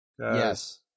Yes